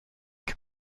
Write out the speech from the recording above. can